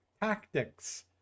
tactics